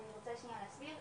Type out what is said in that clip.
אני רוצה שניה להסביר.